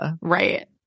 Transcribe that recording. Right